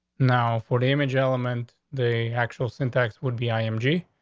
now for the image element, the actual syntax would be i m g.